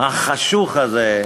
החשוך הזה,